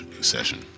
session